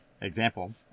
example